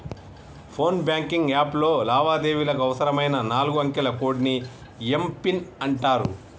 phone banking app లో లావాదేవీలకు అవసరమైన నాలుగు అంకెల కోడ్ని ఏం పిన్ అంటారు